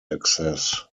access